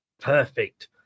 Perfect